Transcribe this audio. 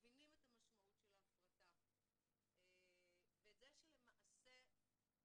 מבינים את המשמעות של ההפרטה ואת זה שלמעשה אנחנו